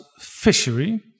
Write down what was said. fishery